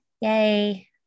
Yay